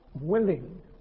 willing